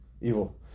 evil